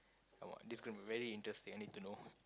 uh what this can be very interesting I need to know